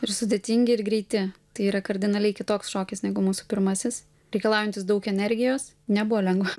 ir sudėtingi ir greiti tai yra kardinaliai kitoks šokis negu mūsų pirmasis reikalaujantis daug energijos nebuvo lengva